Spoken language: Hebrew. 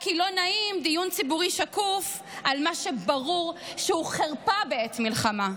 רק כי לא נעים דיון ציבורי שקוף על מה שברור שהוא חרפה בעת מלחמה.